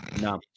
No